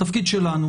התפקיד שלנו